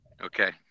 Okay